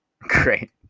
Great